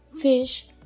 fish